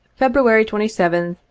feb. twenty seventh,